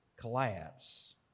collapse